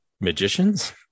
magicians